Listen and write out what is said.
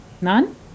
None